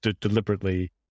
deliberately